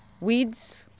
weeds